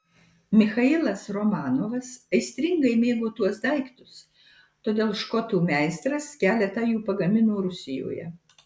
michailas romanovas aistringai mėgo tuos daiktus todėl škotų meistras keletą jų pagamino rusijoje